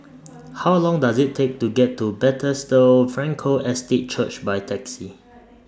How Long Does IT Take to get to Bethesda Frankel Estate Church By Taxi